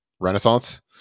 renaissance